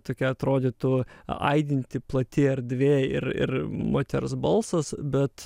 tokia atrodytų aidinti plati erdvė ir ir moters balsas bet